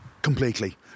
Completely